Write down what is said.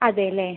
അതെ അല്ലേ